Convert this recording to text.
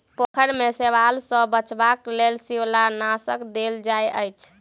पोखैर में शैवाल सॅ बचावक लेल शिवालनाशक देल जाइत अछि